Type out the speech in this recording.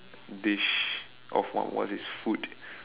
dish of what what is this food